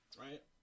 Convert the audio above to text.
right